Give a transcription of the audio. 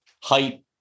height